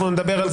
נדבר על זה.